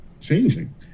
changing